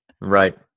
Right